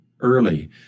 early